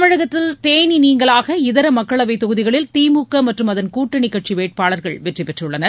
தமிழகத்தில் தேனி நீங்கலாக இதர மக்களவை தொகுதிகளில் திமுக மற்றும் அதன் கூட்டணி கட்சி வேட்பாளர்கள் வெற்றி பெற்றுள்ளனர்